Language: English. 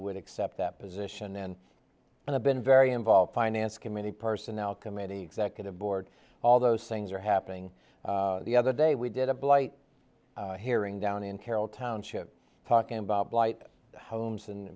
would accept that position and i've been very involved finance committee personnel committee executive board all those things are happening the other day we did a blight hearing down in carroll township talking about blight homes and